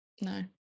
no